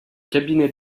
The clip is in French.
cabinet